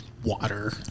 water